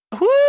Woo